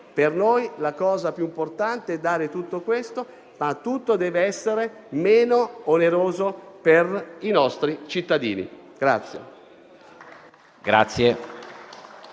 Per noi la cosa più importante è dare tutto questo, ma tutto deve essere meno oneroso per i nostri cittadini.